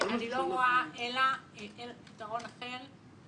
אני לא רואה אלא אין פתרון אחר,